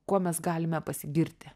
kuo mes galime pasigirti